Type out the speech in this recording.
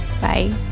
Bye